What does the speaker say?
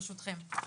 ברשותכם.